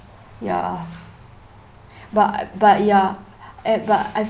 ya but but ya eh but